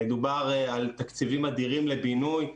דובר על תקציבים אדירים לבינוי,